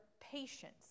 patience